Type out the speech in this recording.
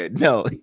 No